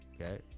okay